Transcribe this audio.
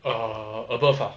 err above ah